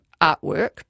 artwork